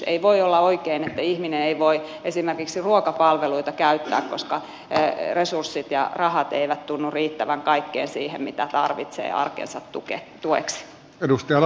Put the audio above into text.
ei voi olla oikein että ihminen ei voi esimerkiksi ruokapalveluita käyttää koska resurssit ja rahat eivät tunnu riittävän kaikkeen siihen mitä hän tarvitsee arkensa tueksi